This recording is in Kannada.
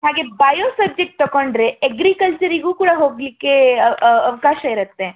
ಹಾಗೇ ಬಯೋ ಸಬ್ಜೆಕ್ಟ್ ತೊಗೊಂಡ್ರೆ ಎಗ್ರಿಕಲ್ಚರಿಗೂ ಕೂಡ ಹೋಗಲಿಕ್ಕೆ ಅವಕಾಶ ಇರುತ್ತೆ